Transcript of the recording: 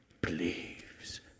believes